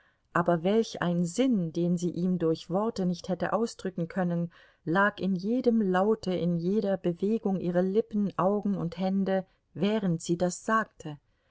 aber welch ein sinn den sie ihm durch worte nicht hätte ausdrücken können lag in jedem laute in jeder bewegung ihrer lippen augen und hände während sie das sagte